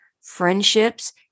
friendships